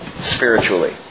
spiritually